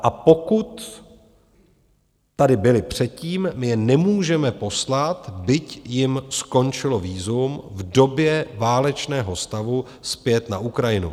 A pokud tady byli předtím, my je nemůžeme poslat, byť jim skončilo vízum v době válečného stavu, zpět na Ukrajinu.